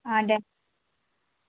অ' দে